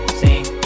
sing